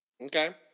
okay